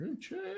check